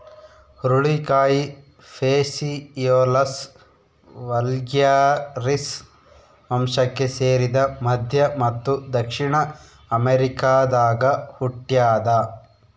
ಹುರುಳಿಕಾಯಿ Phaseolus vulgaris ವಂಶಕ್ಕೆ ಸೇರಿದ ಮಧ್ಯ ಮತ್ತು ದಕ್ಷಿಣ ಅಮೆರಿಕಾದಾಗ ಹುಟ್ಯಾದ